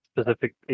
specific